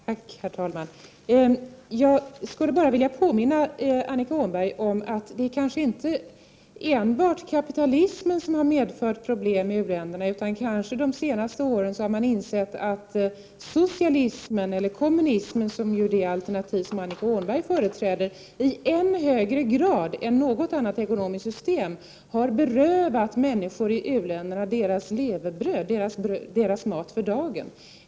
Herr talman! Jag skulle bara vilja påminna Annika Åhnberg om att det kanske inte är enbart kapitalismen som har medfört problem i u-länderna. De senaste åren har man insett att socialismen, eller kommunismen, som är det alternativ som Annika Åhnberg företräder, i än högre grad än något annat ekonomiskt system har berövat människor i u-länderna deras levebröd, deras mat för dagen.